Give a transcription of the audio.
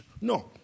No